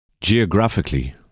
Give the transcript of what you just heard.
Geographically